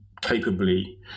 capably